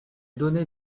donnait